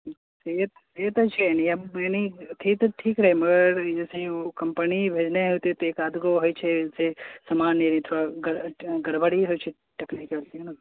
से से तऽ छै नियम से तऽ ठीक रहय मगर ई जैसँ ओ कम्पनी भेजने हेतय तऽ एक आध गो होइ छै से सामान यदि थोड़ा गड़बड़ी होइ छै टेकनिकल